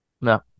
No